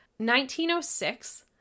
1906